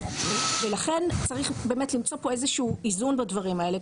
לכן צריך באמת למצוא איזשהו איזון בדברים האלה,